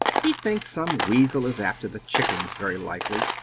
he thinks some weasel is after the chickens very likely.